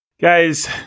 Guys